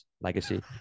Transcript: Legacy